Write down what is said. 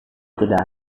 tidak